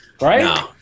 Right